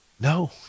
no